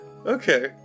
Okay